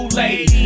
lady